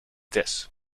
this